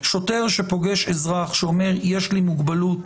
שוטר שפוגש אזרח שאומר: יש לי מוגבלות